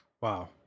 Wow